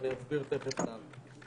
ואסביר תכף למה.